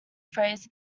phrase